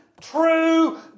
true